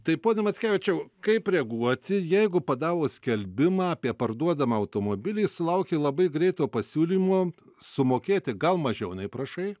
tai pone mackevičiau kaip reaguoti jeigu padavus skelbimą apie parduodamą automobilį sulauki labai greito pasiūlymo sumokėti gal mažiau nei prašai